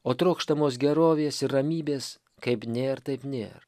o trokštamos gerovės ir ramybės kaip nėr taip nėr